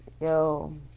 Yo